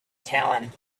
telling